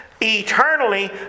eternally